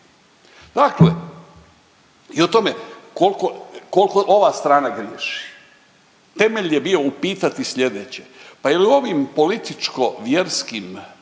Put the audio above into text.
Dakle, i o tome koliko, koliko ova strana griješi. Temelj je bio upitati slijedeće. Pa je li i o ovim političko-vjerskim